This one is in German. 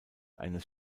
eines